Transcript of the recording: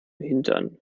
hintern